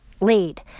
lead